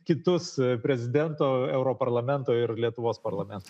kitus prezidento europarlamento ir lietuvos parlamento